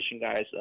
guys